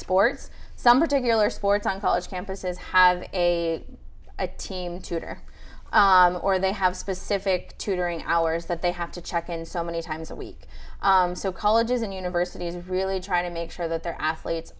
sports some particular sports on college campuses have a team tutor or they have specific tutoring hours that they have to check in so many times a week so colleges and universities really try to make sure that their athletes